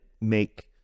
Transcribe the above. make